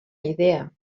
idea